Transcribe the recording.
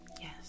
Yes